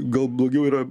gal blogiau yra